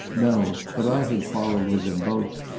no. but i had quarreled with them both.